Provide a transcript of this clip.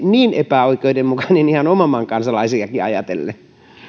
niin epäoikeudenmukainen ihan oman maan kansalaisiakin ajatellen